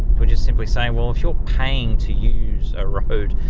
we're just simply saying, well, if you're paying to use a road,